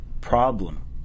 problem